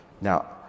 Now